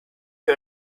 you